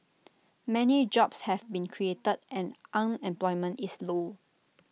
many jobs have been created and unemployment is low